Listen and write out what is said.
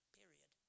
period